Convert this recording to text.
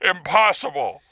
Impossible